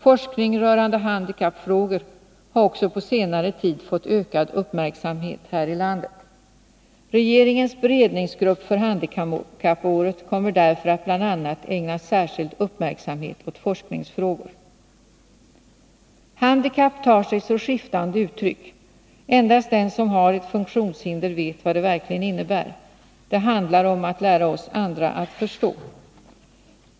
Forskning rörande handikappfrågor har också på senare tid fått ökad uppmärksamhet här i landet. Regeringens beredningsgrupp för handikappåret kommer därför att bl.a. ägna särskild uppmärksamhet åt forskningsfrågor. Handikapp tar sig så skiftande uttryck. Endast den som har ett funktionshinder vet vad det verkligen innebär. Det handlar om att lära oss andra förstå.